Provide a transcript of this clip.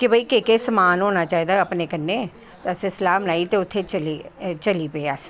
के भाई केह् केह् समान होना चाही दा अपनें कन्नैं असैं सलाह् बनाई ते उत्थें चली पे अस